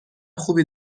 خوبی